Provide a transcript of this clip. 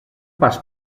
pas